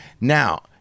Now